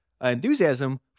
enthusiasm